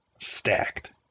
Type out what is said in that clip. stacked